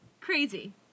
Crazy